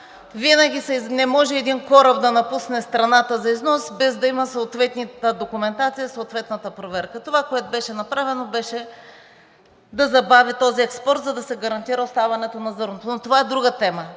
Не може един кораб да напусне страната за износ, без да има съответната документация и съответната проверка. Това, което беше направено, беше да забави този експорт, за да се гарантира оставането на зърното, но това е друга тема.